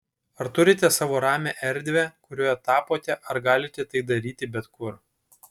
ar turite savo ramią erdvę kurioje tapote ar galite tai daryti bet kur